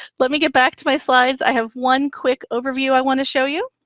let me get back to my slides. i have one quick overview i want to show you